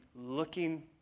looking